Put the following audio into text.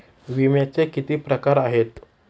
विम्याचे किती प्रकार आहेत?